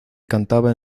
cantaba